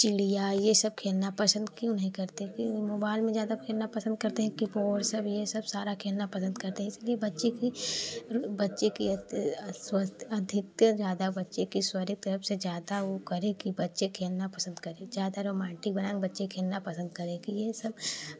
चिड़िया ये सब खेलना पसंद क्यों नहीं करते कि मोबाइल में ज्यादा खेलना पसंद करते हैं कीबोर्ड सब ये सब सारा खेलना पसंद करते हैं इसलिए बच्चे की बच्चे की अत्त स्वस्थ अधिकतर ज्यादा बच्चे के स्वरी तरफ से ज्याद वो करें कि बच्चे खेलना पसंद करे ज्यादा रोमांटिक बनाएँ बच्चे खेलना पसंद करें कि ये सब